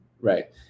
Right